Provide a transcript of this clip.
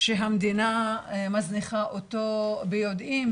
שהמדינה מזניחה אותו ביודעין,